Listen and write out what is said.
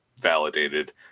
validated